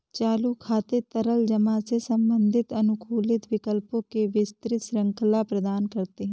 चालू खाते तरल जमा से संबंधित हैं, अनुकूलित विकल्पों की विस्तृत श्रृंखला प्रदान करते हैं